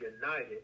united